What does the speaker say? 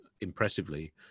impressively